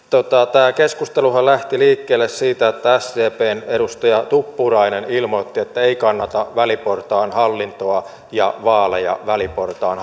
tämä keskusteluhan lähti liikkeelle siitä että sdpn edustaja tuppurainen ilmoitti että ei kannata väliportaan hallintoa ja vaaleja väliportaan